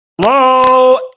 Hello